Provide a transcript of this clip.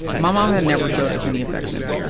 my mom had never showed us any affection.